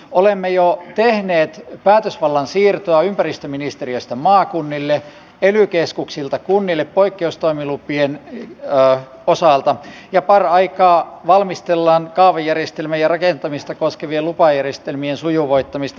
olemme jo tehneet päätösvallan siirtoa ympäristöministeriöstä maakunnille ely keskuksilta kunnille poikkeustoimilupien osalta ja paraikaa valmistellaan kaavajärjestelmää ja rakentamista koskevien lupajärjestelmien sujuvoittamista